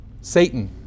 Satan